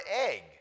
egg